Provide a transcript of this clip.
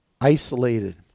isolated